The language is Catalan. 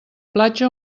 platja